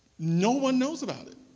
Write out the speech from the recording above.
no one knows about it.